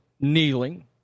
kneeling